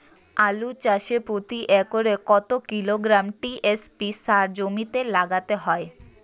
আলু চাষে প্রতি একরে কত কিলোগ্রাম টি.এস.পি সার জমিতে দিতে হয়?